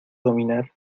dominar